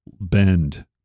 bend